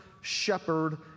shepherd